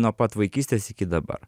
nuo pat vaikystės iki dabar